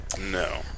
No